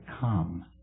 come